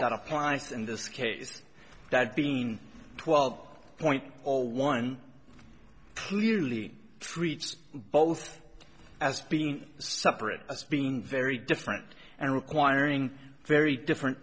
that applies in this case that being twelve point zero one clearly treats both as being separate as being very different and requiring very different